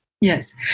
Yes